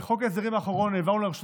בחוק ההסדרים האחרון העברנו לרשויות